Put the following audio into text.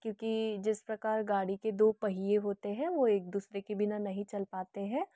क्योंकि जिस प्रकार गाड़ी के दो पहिये होते है वह एक दूसरे के बिना नहीं चल पाते हैं